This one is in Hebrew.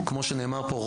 כמו שנאמר פה,